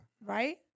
Right